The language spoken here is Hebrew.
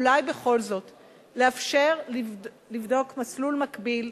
אולי בכל זאת לאפשר לבדוק מסלול מקביל,